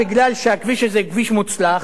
מכיוון שהכביש הזה כביש מוצלח,